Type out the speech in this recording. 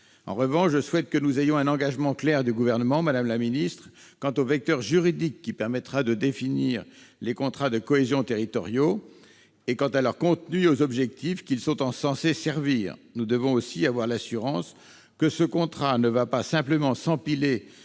En revanche, je souhaite un engagement clair de la part du Gouvernement, madame la ministre, sur le vecteur juridique qui permettra de définir les contrats de cohésion territoriale, leur contenu et les objectifs qu'ils sont censés servir. Nous devons aussi avoir l'assurance que ce contrat va non pas simplement s'empiler